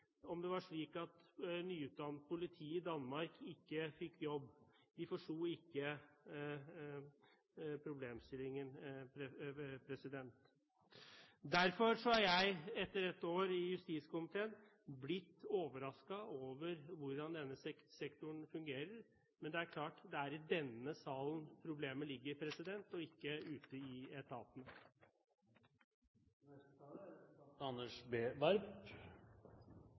om det var slik at nyutdannet politi i Danmark ikke fikk jobb. De forsto ikke problemstillingen. Derfor har jeg, etter et år i justiskomiteen, blitt overrasket over hvordan denne sektoren fungerer. Men det er klart at det er i denne salen problemet ligger og ikke ute i etaten. Statsbudsjettet skal legge til rette for folks trygghet og velferd, og det skal legge til rette for nasjonens utvikling. Derfor er